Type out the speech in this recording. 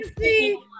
see